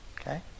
Okay